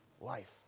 life